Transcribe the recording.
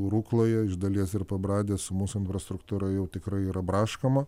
rukloje iš dalies ir pabradė su mūsų infrastruktūra jau tikrai yra braškoma